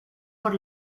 por